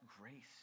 grace